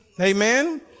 Amen